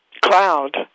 cloud